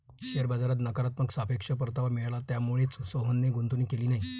share बाजारात नकारात्मक सापेक्ष परतावा मिळाला, त्यामुळेच सोहनने गुंतवणूक केली नाही